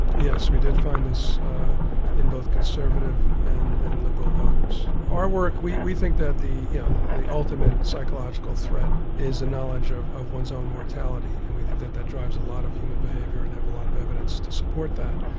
yes, we did find this in both conservative and and liberal voters. our work we we think that the the ultimate psychological threat is a knowledge of of one's own mortality and we think that that drives a lot of human behaviour and have a lot of evidence to support that.